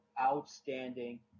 outstanding